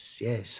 yes